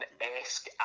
esque